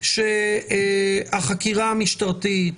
שהחקירה המשטרתית